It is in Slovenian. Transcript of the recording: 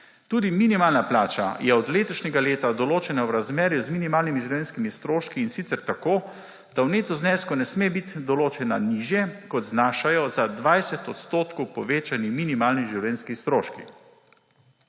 Tudi minimalna plača je od letošnjega leta v določenem razmerju z minimalnimi življenjskimi stroški, in sicer tako, da v netu zneska ne sme biti določena nižje, kot znašajo za 20 odstotkov povečani minimalni življenjski stroški.